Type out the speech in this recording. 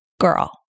girl